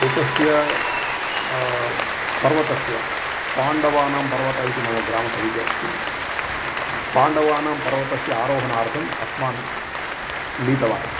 एकस्य पर्वतस्य पाण्डवानां पर्वत इति मम ग्रामसमीपे अस्ति पाण्डवानां पर्वतस्य आरोहणार्थम् अस्मान् नीतवान्